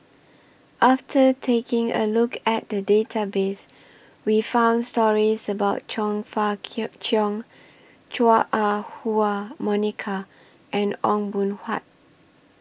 after taking A Look At The Database We found stories about Chong Fah Cheong Chua Ah Huwa Monica and Ong Boon Tat